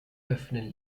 öffnen